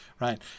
right